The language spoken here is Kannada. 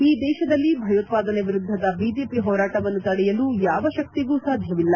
ಈ ದೇಶದಲ್ಲಿ ಭಯೋತ್ತಾದನೆ ವಿರುದ್ದದ ಬಿಜೆಪಿ ಹೋರಾಟವನ್ನು ತಡೆಯಲು ಯಾವ ಶಕ್ತಿಗೂ ಸಾಧ್ಯವಿಲ್ಲ